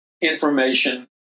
information